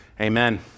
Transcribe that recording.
amen